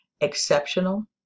exceptional